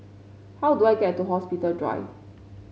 how do I get to Hospital Drive